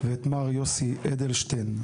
ואת מר יוסי אדלשטיין,